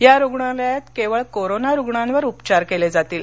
या रुग्णालयांत केवळ कोरोना रुग्णांवर उपचार केले जातील